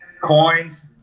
coins